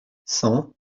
cent